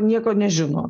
nieko nežino